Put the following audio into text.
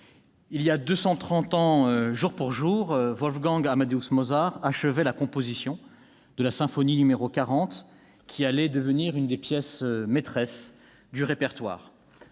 cent trente ans jour pour jour, Wolfgang Amadeus Mozart achevait la composition de la symphonie n° 40, qui allait devenir l'une des pièces maîtresses du répertoire.